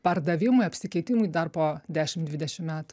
pardavimui apsikeitimui dar po dešimt dvidešim met